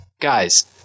Guys